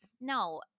no